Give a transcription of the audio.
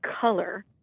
color